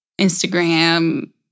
Instagram